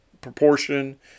proportion